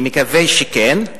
אני מקווה שכן,